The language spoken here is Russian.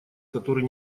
который